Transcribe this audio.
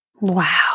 Wow